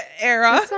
era